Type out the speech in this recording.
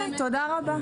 גברתי.